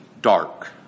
dark